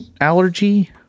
allergy